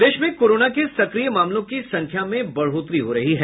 प्रदेश में कोरोना के सक्रिय मामलों की संख्या में बढ़ोतरी हो रही है